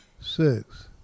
Six